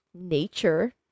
nature